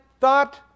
thought